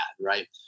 right